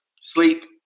sleep